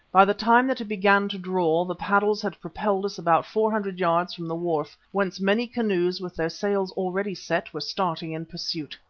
by the time that it began to draw the paddles had propelled us about four hundred yards from the wharf, whence many canoes, with their sails already set, were starting in pursuit.